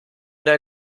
der